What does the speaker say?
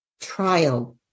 trial